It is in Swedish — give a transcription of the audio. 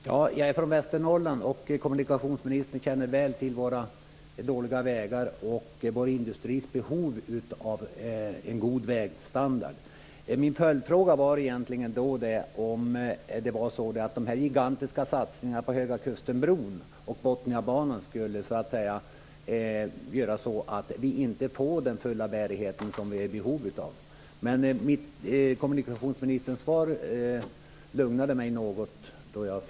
Herr talman! Jag är från Västernorrland och kommunikationsministern känner väl till våra dåliga vägar och vår industris behov av en god vägstandard. Min följdfråga var egentligen om de gigantiska satsningarna på Högakustenbron och Bottniabanan skulle göra att vi inte får den fulla bärighet som vi är i behov av. Kommunikationsministerns svar lugnade mig dock något.